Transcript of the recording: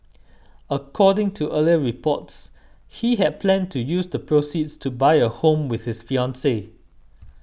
according to earlier reports he had planned to use the proceeds to buy a home with his fiancee